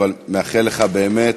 אבל אני מאחל לך באמת